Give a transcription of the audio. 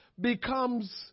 becomes